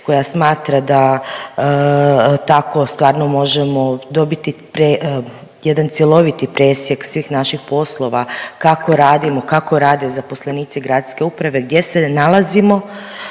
koja smatra da tako stvarno možemo dobiti jedan cjeloviti presjek svih naših poslova, kako radimo, kako rade zaposlenici gradske uprave, gdje se nalazimo,